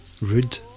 Rude